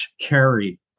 carry